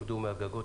רדו מהגגות,